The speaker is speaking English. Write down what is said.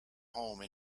home